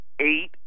eight